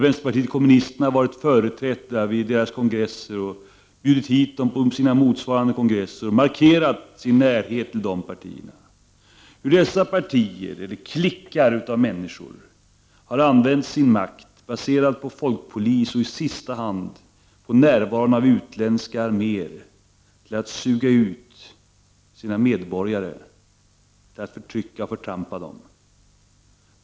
Vänsterpartiet kommunisterna har varit företrätt vid kongresser, sedan bjudit tillbaka vid motsvarande kongresser och därmed markerat sin närhet till dessa östeuropeiska partier. Dessa partier, eller klickar av människor, har använt sin makt, baserad på folkpolis och i sista hand på närvaron av utländska arméer, för att suga ut sina medborgare och förtrycka och förtrampa dem.